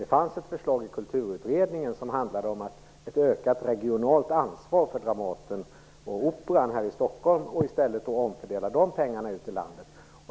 Det fanns ett förslag från Kulturutredningen som handlade om ett ökat regionalt ansvar för Dramaten och Operan i Stockholm och om att de pengarna i stället skulle omfördelas ute i landet.